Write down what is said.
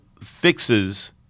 fixes